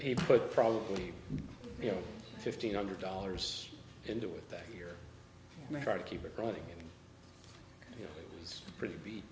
he put probably you know fifteen hundred dollars into with that here try to keep it running pretty beat